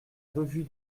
revue